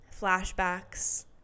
flashbacks